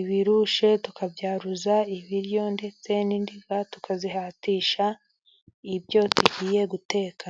ibirushe tukabyaruza ibiryo ndetse n'indiga tukazihatisha ibyo tugiye guteka.